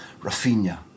Rafinha